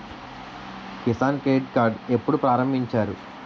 Kisan credit card ఎప్పుడు ప్రారంభించారు?